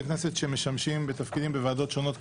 כנסת שמשמשים בתפקידים בוועדות שונות,